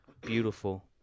beautiful